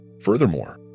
Furthermore